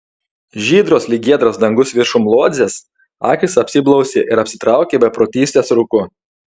žydros lyg giedras dangus viršum lodzės akys apsiblausė ir apsitraukė beprotystės rūku